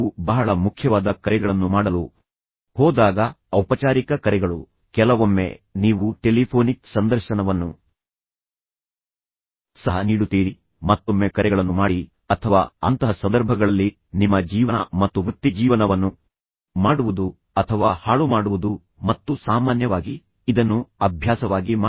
ಮತ್ತು ನೀವು ಬಹಳ ಮುಖ್ಯವಾದ ಕರೆಗಳನ್ನು ಮಾಡಲು ಹೋದಾಗ ಔಪಚಾರಿಕ ಕರೆಗಳು ಕೆಲವೊಮ್ಮೆ ನೀವು ನಿಮ್ಮ ಕಂಪನಿಗೆ ಏನನ್ನಾದರೂ ಆರ್ಡರ್ ಮಾಡಬೇಕಾಗಬಹುದು ಕೆಲವೊಮ್ಮೆ ನೀವು ಟೆಲಿಫೋನಿಕ್ ಸಂದರ್ಶನವನ್ನು ಸಹ ನೀಡುತ್ತೀರಿ ಮತ್ತೊಮ್ಮೆ ಕರೆಗಳನ್ನು ಮಾಡಿ ಅಥವಾ ಅಂತಹ ಸಂದರ್ಭಗಳಲ್ಲಿ ನಿಮ್ಮ ಜೀವನ ಮತ್ತು ವೃತ್ತಿಜೀವನವನ್ನು ಮಾಡುವುದು ಅಥವಾ ಹಾಳುಮಾಡುವುದು ಮತ್ತು ಸಾಮಾನ್ಯವಾಗಿ ಇದನ್ನು ಅಭ್ಯಾಸವಾಗಿ ಮಾಡಿ